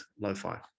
lo-fi